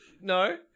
No